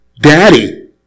Daddy